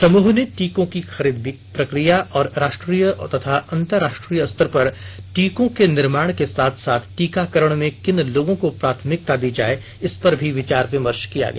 समूह ने टीकों की खरीद प्रक्रिया और राष्ट्रीय तथा अंतरराष्ट्रीय स्तर पर टीकों के निर्माण के साथ साथ टीकाकरण में किन लोगों को प्राथमिकता दी जाए इसपर भी विचार विमर्श किया गया